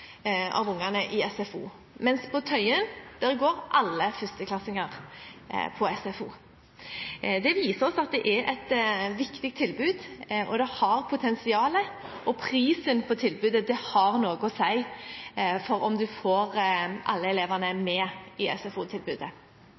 av elevene i SFO, mens alle førsteklassingene på Tøyen går i SFO. Det viser oss at det er et viktig tilbud, det har potensial, og prisen på tilbudet har noe å si for om en får alle elevene med i